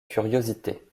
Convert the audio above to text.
curiosité